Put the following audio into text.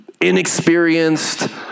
inexperienced